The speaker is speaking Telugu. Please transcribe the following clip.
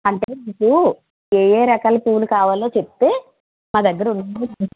అంటే మీకు ఏ ఏ రకాల పూలు కావాలో చెప్తే మా దగ్గర ఉన్నాయో